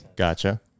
Gotcha